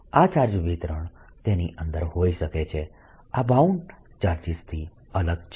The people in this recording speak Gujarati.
આ ચાર્જ વિતરણ તેની અંદર હોઈ શકે છે આ બાઉન્ડ ચાર્જીસ થી અલગ છે